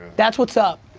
that's what's up.